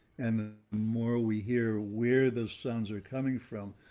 and more we hear where the sounds are coming from,